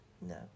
No